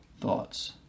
thoughts